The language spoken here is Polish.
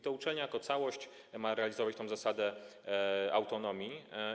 To uczelnia jako całość ma realizować tę zasadę autonomii.